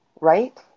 right